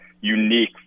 unique